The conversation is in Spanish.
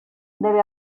debe